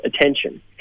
attention